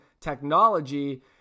technology